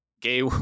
gay